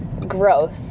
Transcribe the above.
growth